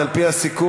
אז על-פי הסיכום,